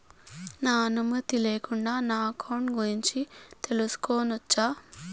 నా అనుమతి లేకుండా నా అకౌంట్ గురించి తెలుసుకొనొచ్చా?